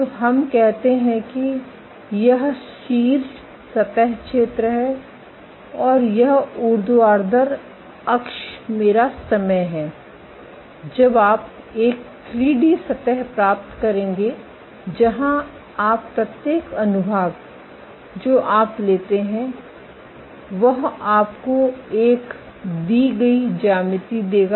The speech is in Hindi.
तो हम कहते हैं कि यह शीर्ष सतह क्षेत्र है और यह ऊर्ध्वाधर अक्ष मेरा समय है जब आप एक 3 डी सतह प्राप्त करेंगे जहां आप प्रत्येक अनुभाग जो आप लेते हैं वह आपको एक दी गई ज्यामिति देगा